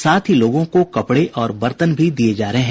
साथ ही लोगों को कपड़े और बर्तन भी दिये जा रहे हैं